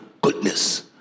goodness